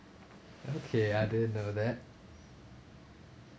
okay I didn't know that